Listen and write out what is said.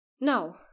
Now